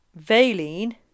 valine